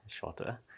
shorter